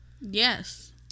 Yes